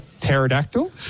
pterodactyl